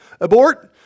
abort